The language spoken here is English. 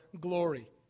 glory